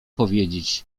powiedzieć